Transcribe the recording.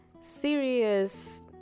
serious